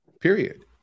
period